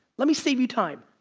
let me save you time.